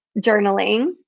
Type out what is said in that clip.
journaling